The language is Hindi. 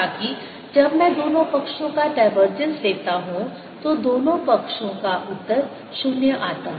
ताकि जब मैं दोनों पक्षों का डाइवर्जेंस लेता हूं तो दोनों पक्षों का उत्तर 0 आता है